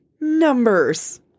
numbers